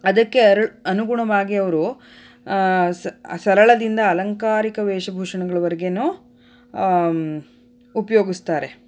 ಅದಕ್ಕೆ ಅರ ಅನುಗುಣವಾಗಿ ಅವರು ಸ ಸರಳದಿಂದ ಅಲಂಕಾರಿಕ ವೇಷಭೂಷಣಗಳವರಗೇನು ಉಪ್ಯೋಗಿಸ್ತಾರೆ